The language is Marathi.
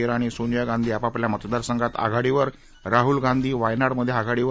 इराणी सोनिया गांधी आपापल्या मतदारसंघात आघाडीवर राहुल गांधी वायनाडमधे आघाडीवर